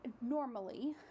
normally